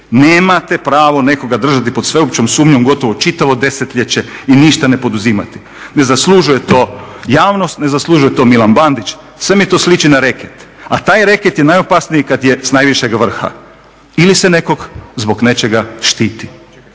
Nemate pravo nekoga držati pod sveopćom sumnjom gotovo čitavo desetljeće i ništa ne poduzimati. Ne zaslužuje to javnost, ne zaslužuje to Milan Bandić. Sve mi to sliči na reket, a taj reket je najopasniji kad je s najvišeg vrha ili se nekog zbog nečega štiti.